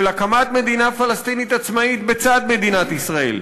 של הקמת מדינה פלסטינית עצמאית בצד מדינת ישראל,